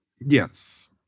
Yes